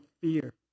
fear